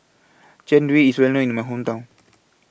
Jian Dui IS Well known in My Hometown